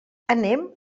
anem